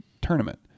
Tournament